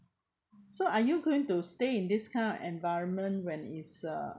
so are you going to stay in this kind of environment when it's um